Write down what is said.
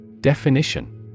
Definition